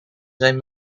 zijn